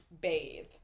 bathe